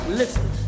listen